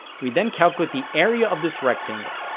we then calculate the area of this rectangle.